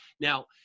Now